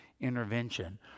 Intervention